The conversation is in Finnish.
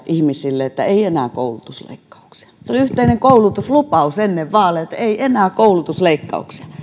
ihmisille lappua että ei enää koulutusleikkauksia se oli yhteinen koulutuslupaus ennen vaaleja että ei enää koulutusleikkauksia